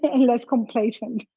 and less complacent,